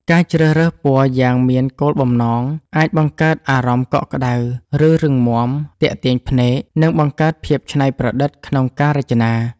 ការជ្រើសរើសពណ៌យ៉ាងមានគោលបំណង អាចបង្កើតអារម្មណ៍កក់ក្តៅ ឬរឹងមាំ ទាក់ទាញភ្នែក និងបង្កើតភាពច្នៃប្រឌិតក្នុងការរចនា។